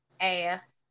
ass